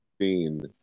seen